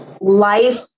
life